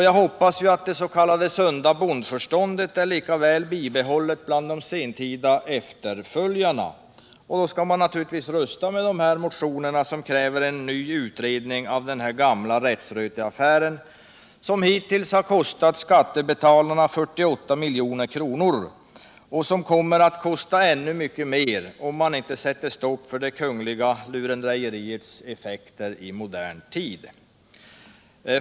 Jag hoppas att det s.k. sunda bondförståndet är lika väl bibehållet bland de sentida efterföljarna så att de röstar på motionerna där det krävs en ny utredning av denna gamla rättsröteaffär, som hittills har kostat skattebetalarna 48 milj.kr. och som kommer att kosta ännu mycket mer om man inte sätter stopp för det kungliga lurendrejeriets effekter i modern tid.